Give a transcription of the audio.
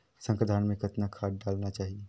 संकर धान मे कतना खाद डालना चाही?